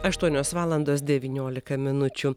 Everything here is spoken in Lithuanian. aštuonios valandos devyniolika minučių